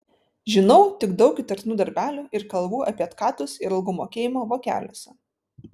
žinau tik daug įtartinų darbelių ir kalbų apie atkatus ir algų mokėjimą vokeliuose